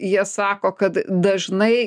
jie sako kad dažnai